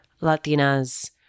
Latina's